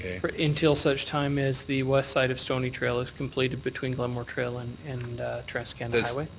until such time as the west side of stoney trail is completed between glenmore trail and and transcanada highway.